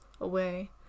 away